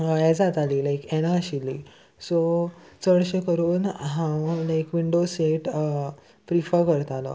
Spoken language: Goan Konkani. हें जाताली लायक येना आशिल्ली सो चडशें करून हांव लायक विंडो सीट प्रिफर करतालो